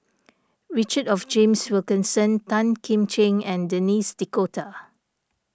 Richard James Wilkinson Tan Kim Ching and Denis D'Cotta